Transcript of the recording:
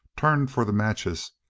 turned for the matches,